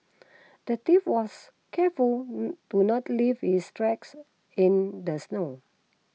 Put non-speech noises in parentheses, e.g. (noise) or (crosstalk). the thief was careful (noise) to not leave his tracks in the snow